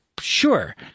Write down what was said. sure